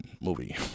movie